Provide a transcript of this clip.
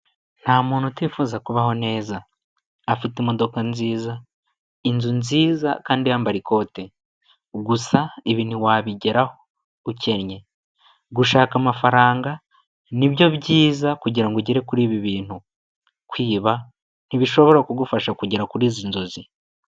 Nta muntu utifuza kubaho neza, afite imodoka nziza, inzu nziza kandi yambara ikote, gusa ibi ntiwabigeraho ukennye, gushaka amafaranga nibyo byiza kugira ngo ugere kuri ibi bintu, kwiba ntibishobora kugufasha kugera kuri izi nzozi.